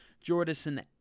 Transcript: Jordan